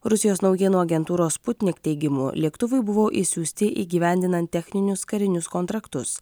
rusijos naujienų agentūros sputnik teigimu lėktuvai buvo išsiųsti įgyvendinant techninius karinius kontraktus